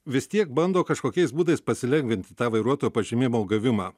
vis tiek bando kažkokiais būdais pasilengvinti tą vairuotojo pažymėjimo gavimą